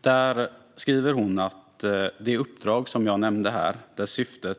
Där skriver hon att uppdraget, som jag nämnde här och vars syfte